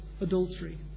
adultery